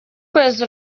kwezi